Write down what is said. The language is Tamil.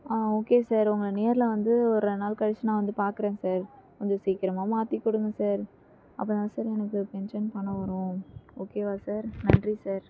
ஆ ஓகே சார் உங்களை நேரில் வந்து ஒரு ரெண்டு நாள் கழிச்சு நான் வந்து பார்க்கறேன் சார் கொஞ்சம் சீக்கிரமாக மாற்றிக் கொடுங்க சார் அப்போ தான் சார் எனக்கு பென்ஷன் பணம் வரும் ஓகே வா சார் நன்றி சார்